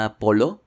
polo